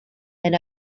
and